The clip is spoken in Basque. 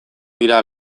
dira